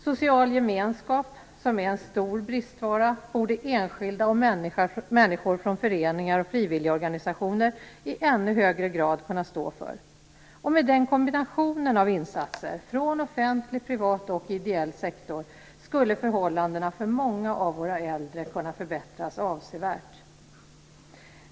Social gemenskap, som är en stor bristvara, borde enskilda människor från föreningar och frivilligorganisationer i ännu högre grad kunna stå för. Med den kombinationen av insatser från offentlig, privat och ideell sektor skulle förhållandena för många av våra äldre kunna förbättras avsevärt.